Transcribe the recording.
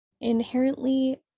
inherently